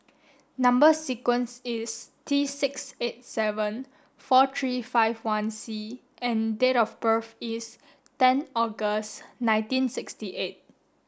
number sequence is T six eight seven four three five one C and date of birth is ten August nineteen sixty eight